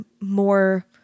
more